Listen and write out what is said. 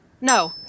No